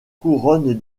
couronne